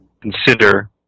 consider